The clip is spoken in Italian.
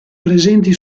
presenti